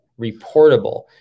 reportable